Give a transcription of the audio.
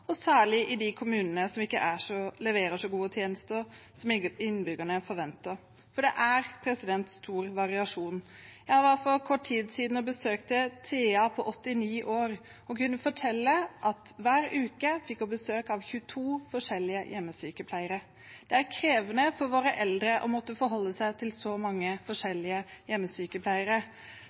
særlig de kommunene som ikke leverer så gode tjenester som innbyggerne forventer. For det er stor variasjon. Jeg var for kort tid siden og besøkte Thea på 89 år. Hun kunne fortelle at hver uke fikk hun besøk av 22 forskjellige hjemmesykepleiere. Det er krevende for våre eldre å måtte forholde seg til så mange forskjellige hjemmesykepleiere.